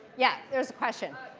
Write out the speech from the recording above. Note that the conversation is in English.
yeah, there's a question?